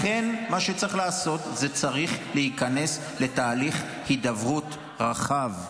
לכן מה שצריך לעשות זה להיכנס לתהליך הידברות רחב.